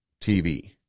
TV